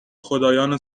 خدایان